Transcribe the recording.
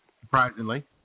Surprisingly